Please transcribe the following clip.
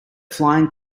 flying